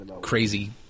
crazy